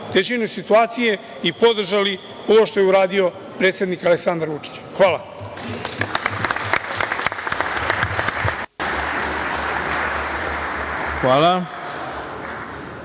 težinu situacije i podržali ovo što je uradio predsednik Aleksandar Vučić. Hvala. **Ivica